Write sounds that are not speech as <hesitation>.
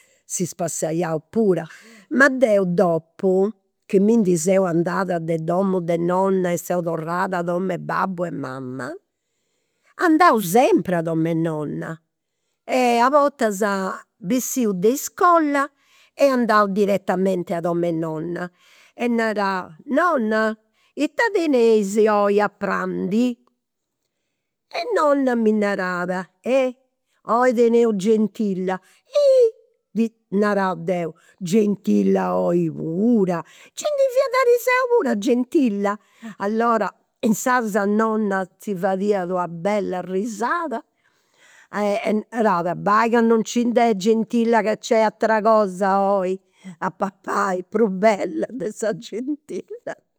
Si spassaiau pura, ma deu dopu chi mi ndi seu andada de domu de nonna e seu torrat a domu 'e babbu e mama, andau sempri a dom'e nonna. E a bortas bessiu de iscola e andau direttamenti a dom'e nonna. E narà, nonna ita teneis oi a prandi, e nonna mi narat, eh oi teneus, <unintelligible> hi, narà deu, gintilla oi pura, nci ndi fiat ariseru puru gintilla. Allora, insaras nonna si fadiat una bella risada e <hesitation> narat, bai ca non nci nd'est gintilla ca nc'est atera cosa oi a papai <laughs> prus bella de sa gintilla <laughs>